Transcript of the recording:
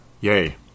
Yay